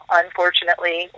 unfortunately